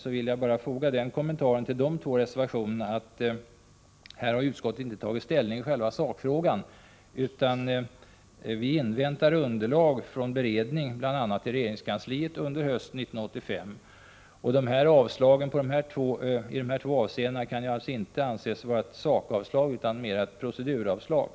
Jag vill bara foga den kommentaren till de två reservationerna att utskottet här inte har tagit ställning i själva sakfrågan utan inväntar underlag från beredning i bl.a. regeringskansliet under hösten 1985. Avslagsyrkandena i dessa två avseenden kan alltså inte anses gälla sakavslag utan mera ett proceduravslag.